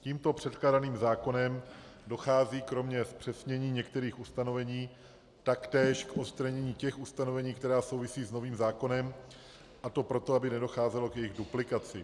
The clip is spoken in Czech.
Tímto předkládaným zákonem dochází kromě zpřesnění některých ustanovení taktéž k odstranění těch ustanovení, která souvisí s novým zákonem, a to proto, aby nedocházelo k jejich duplikaci.